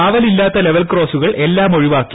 കാവലില്ലാത്ത level ക്രോസുകൾ എല്ലാം ഒഴിവാക്കി